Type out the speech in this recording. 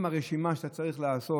עם הרשימה שאתה צריך לעשות.